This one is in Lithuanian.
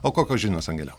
o kokios žinios angele